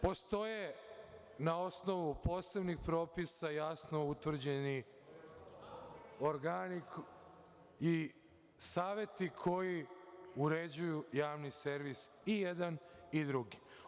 Postoje na osnovu posebnih propisa jasno utvrđeni organi i saveti koji uređuju javni servis i jedan i drugi.